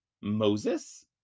Moses